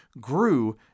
grew